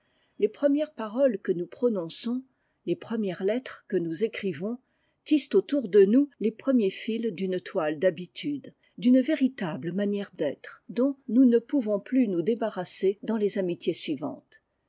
les premières paroles que nous prononçons les premières lettres que nous écrivons tissent autour de nous les premiers fils d'une toile d'habitudes d'une véritable manière d'être dont nous ne pouvons plus nous débarrasser dans les amitiés suivantes